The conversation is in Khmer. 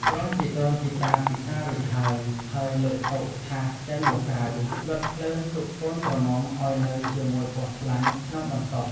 ព្រោះជីដូនជីតាពិសារួចហើយ ហើយលើកតុ ថាស ចេញមកក្រៅ លត់ភ្លើងទុកកូនក្រមុំ ឱ្យនៅជាមួយពស់ថ្លាន់ក្នុងបន្ទប់។